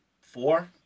four